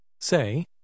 Say